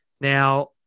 Now